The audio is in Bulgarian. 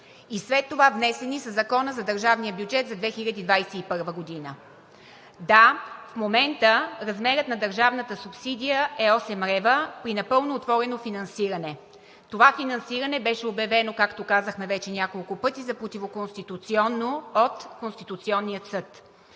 и след това внесени със Закона за държавния бюджет за 2021 г.? Да, в момента размерът на държавната субсидия е 8 лв. при напълно отворено финансиране. Това финансиране беше обявено, както казахме вече няколко пъти, за противоконституционно от Конституционния съд.